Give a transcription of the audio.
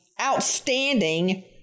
outstanding